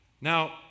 Now